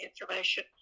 information